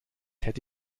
hätte